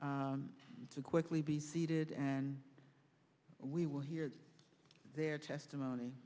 to quickly be seated and we will hear their testimony